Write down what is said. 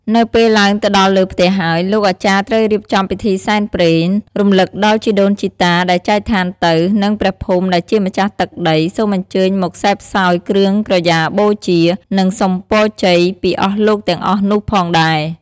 នៅពេលឡើងទៅដល់លើផ្ទះហើយ លោកអាចារ្យត្រូវរៀបចំពិធីសែនព្រេង រំឭកដល់ជីដូនជីតាដែលចែកឋានទៅ និងព្រះភូមិដែលជាម្ចាស់ទឹកដី សូមអញ្ជើញមកសេពសោយគ្រឿងក្រយាបូជា និងសុំពរជ័យពីអស់លោកទាំងអស់នោះផងដែរ។